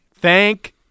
Thank